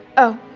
oh,